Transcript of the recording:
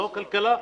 לא כלכלה,